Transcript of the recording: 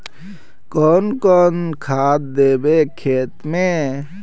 कौन कौन खाद देवे खेत में?